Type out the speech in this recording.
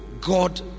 God